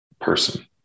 person